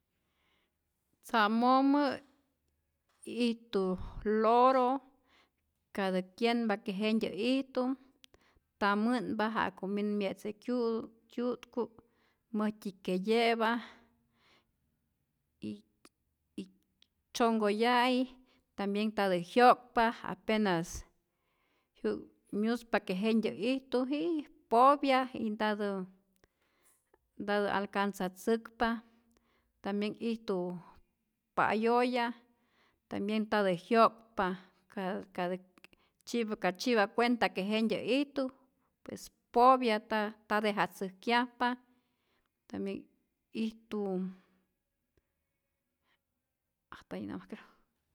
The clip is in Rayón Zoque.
Tza'momä' ijtu loro, ka tä kyenhpa que jentyä ijtu nta mä'npa ja'ku min mye'tzye kyu' kyu'tku' mäjtyi keye'pa y y tzyonkoya'i tambien ntatä jyo'kpa apenas syu' myuspa que jentyä ijtu ji popya y ntatä ntatä alcanzatzäkpa, tambien ijtu pa'yoya tambien ntatá jyo'kpa ka tzyipa cuenta que jentyä ijtu popya nta dejatzäjkyajpa, tambien ijtu, hasta ahi namas ya.